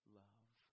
love